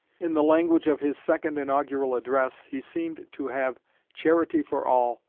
in the language of his second inaugural address, he seemed to have charity for all,